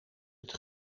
het